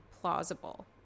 plausible